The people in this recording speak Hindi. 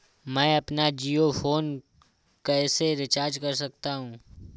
मैं अपना जियो फोन कैसे रिचार्ज कर सकता हूँ?